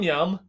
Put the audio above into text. Yum